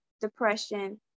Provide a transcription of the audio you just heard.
depression